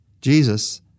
Jesus